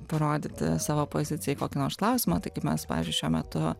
parodyti savo pozicijai kokį nors klausimą tai kaip mes pavyzdžiui šiuo metu